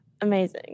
Amazing